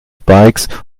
bikes